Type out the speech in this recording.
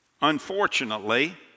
Unfortunately